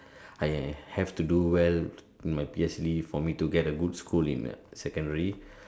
I I have to do well in my P_S_L_E for me to get a good school in a secondary